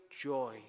joy